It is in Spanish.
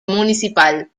municipal